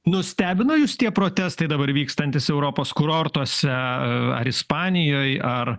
nustebino jus tie protestai dabar vykstantys europos kurortuose ar ispanijoj ar